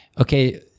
Okay